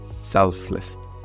selflessness